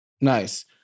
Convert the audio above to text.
Nice